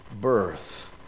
birth